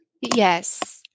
Yes